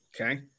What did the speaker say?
Okay